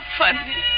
funny